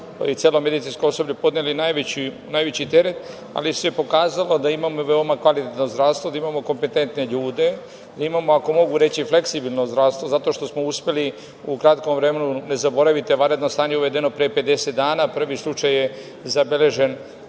i celo medicinsko osoblje su tu podneli najveći teret, ali se pokazalo da imamo veoma kvalitetno zdravstvo, da imamo kompetentne ljude, da imamo, ako tako mogu reći, fleksibilno zdravstvo zato što smo sve to uspeli u kratkom vremenu. Ne zaboravite, vanredno stanje je uvedeno pre 50 dana, prvi slučaj je zabeležen